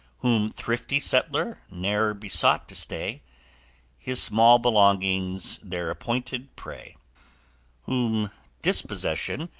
whom thrifty settler ne'er besought to stay his small belongings their appointed prey whom dispossession,